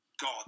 god